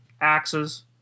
axes